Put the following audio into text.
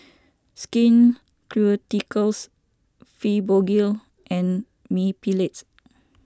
Skin Ceuticals Fibogel and Mepilex